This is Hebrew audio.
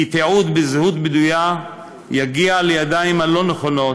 כי תיעוד בזהות בדויה יגיע לידיים הלא-נכונות,